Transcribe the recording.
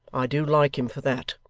i do like him for that